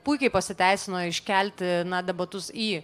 puikiai pasiteisino iškelti na debatus į